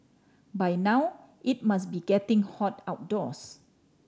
by now it must be getting hot outdoors